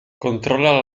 controlla